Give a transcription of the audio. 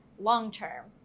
long-term